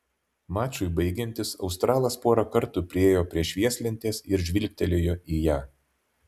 mačui baigiantis australas porą kartų priėjo prie švieslentės ir žvilgtelėjo į ją